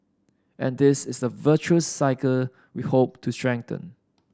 and this is the virtuous cycle we hope to strengthen